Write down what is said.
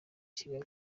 kigali